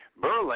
Berlin